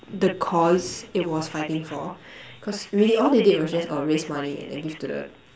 the cause it was fighting for cause really all they did was just oh raise money and then give to the